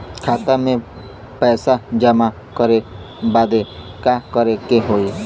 खाता मे पैसा जमा करे बदे का करे के होई?